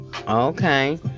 Okay